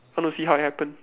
I want to see how it happen